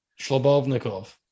Shlobovnikov